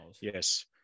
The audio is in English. Yes